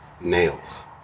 nails